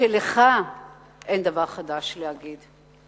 שלך אין דבר חדש להגיד.